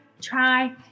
try